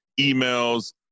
emails